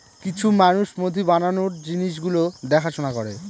কিছু মানুষ মধু বানানোর জিনিস গুলো দেখাশোনা করে